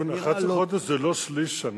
11 זה לא שליש שנה?